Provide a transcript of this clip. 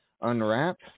unwrap